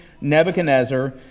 Nebuchadnezzar